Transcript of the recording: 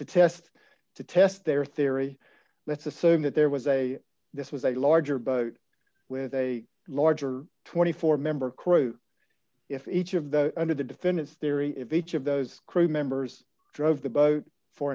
to test to test their theory let's assume that there was a this was a larger boat with a larger twenty four dollars member crew if each of those under the defendants theory if each of those crew members drove the boat for